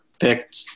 picked